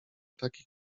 takich